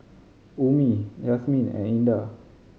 Ummi Yasmin and Indah